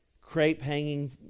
crepe-hanging